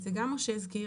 את זה גם משה הזכיר,